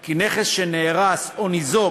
כי נכס שנהרס או ניזוק